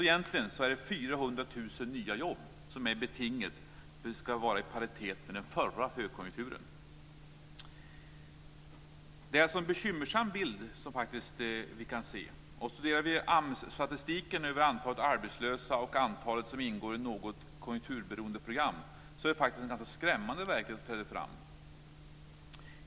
Egentligen är det alltså 400 000 nya jobb som är betinget för att vi ska vara i paritet med den förra högkonjunkturen. Det är alltså en bekymmersam bild som vi kan se. Om vi studerar AMS-statistiken över antalet arbetslösa och det antal som ingår i något konjunkturberoende program ser vi att det faktiskt är en ganska skrämmande verklighet som träder fram.